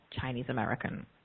Chinese-American